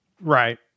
Right